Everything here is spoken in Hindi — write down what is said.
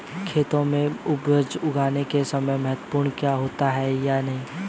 खेतों में उपज उगाने के लिये समय महत्वपूर्ण होता है या नहीं?